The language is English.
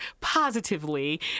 positively